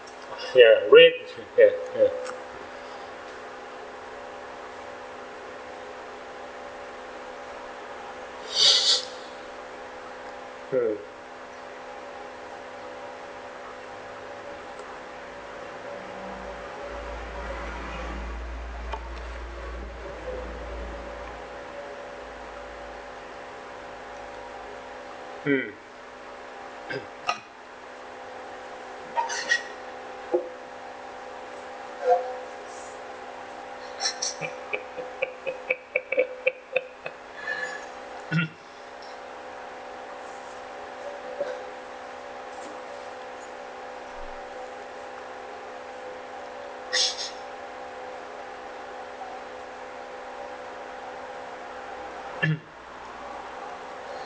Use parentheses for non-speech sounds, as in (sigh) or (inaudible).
ya red ya ya (breath) mm mm (noise) (laughs) (noise) (laughs) (noise)